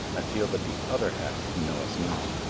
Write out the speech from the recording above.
i feel that the other half, who know us not,